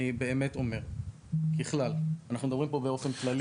אני אומר ככלל, אנחנו מדברים פה באופן כללי.